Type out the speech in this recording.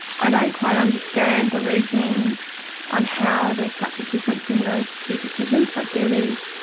i don't quite understand the reasoning on how there's such a difference in those two decisions, but there is.